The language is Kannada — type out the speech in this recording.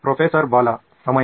ಪ್ರೊಫೆಸರ್ ಬಾಲಾ ಸಮಯ